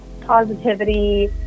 positivity